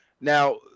Now